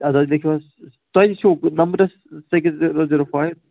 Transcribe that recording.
اَدٕ حظ لیکھِو حظ تۄہہِ چھُو نمبرَس سِکِس زیٖرو زیٖرو فایِو